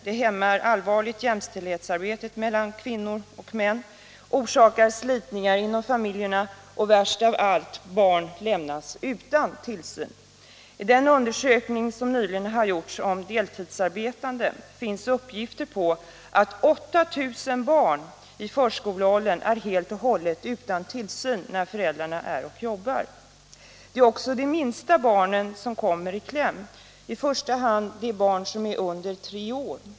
Den hämmar arbetet för jämställdhet mellan kvinnor och män, den orsakar slitningar inom familjerna och — värst av allt — den medför att barn lämnas utan tillsyn. I den undersökning som nyligen gjordes om deltidsarbetande finns uppgifter på att 8 000 barn i förskoleåldern är helt och hållet utan tillsyn när föräldrarna jobbar. Det är också de minsta barnen som kommer i kläm, i första hand de barn som är under tre år.